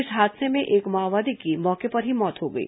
इस हादसे में एक माओवादी की मौके पर ही मौत हो गई